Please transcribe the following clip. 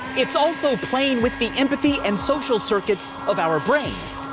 it's also playing with the empathy and social circuits of our brains.